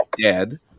dead